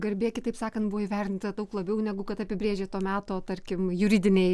garbė kitaip sakant buvo įvertinta daug labiau negu kad apibrėžė to meto tarkim juridiniai